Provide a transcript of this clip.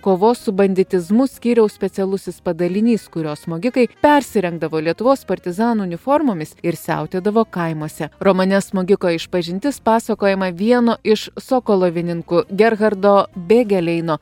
kovos su banditizmu skyriaus specialusis padalinys kurio smogikai persirengdavo lietuvos partizanų uniformomis ir siautėdavo kaimuose romane smogiko išpažintis pasakojama vieno iš sokolovininkų gerhardo bėgeleino